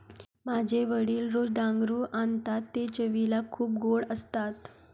माझे वडील रोज डांगरू आणतात ते चवीला खूप गोड असतात